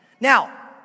Now